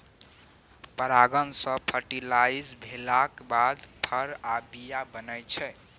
परागण सँ फर्टिलाइज भेलाक बाद फर आ बीया बनै छै